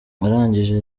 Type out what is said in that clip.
arangije